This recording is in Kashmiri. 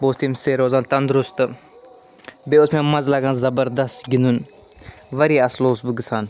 بہٕ اوسُس تَمہِ سۭتۍ روزان تَنٛدرُست بیٚیہِ اوس مےٚ مَزٕ لَگان زبردست گِنٛدُن واریاہ اصٕل اوسُس بہٕ گژھان